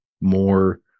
more